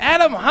Adam